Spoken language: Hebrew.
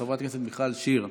חברת הכנסת מיכל שיר,